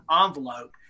envelope